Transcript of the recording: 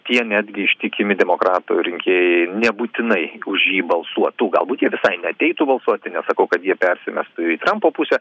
tie netgi ištikimi demokratų rinkėjai nebūtinai už jį balsuotų galbūt jie visai neateitų balsuoti nesakau kad jie persimestų į trampo pusę